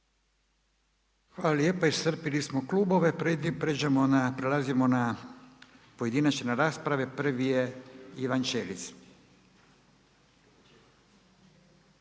Hvala lijepa. Iscrpili smo klubove. Prelazimo na pojedinačne rasprave. Prvi je Ivan Ćelić.